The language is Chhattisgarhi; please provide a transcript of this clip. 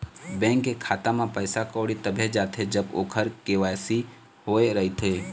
बेंक के खाता म पइसा कउड़ी तभे जाथे जब ओखर के.वाई.सी होए रहिथे